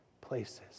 places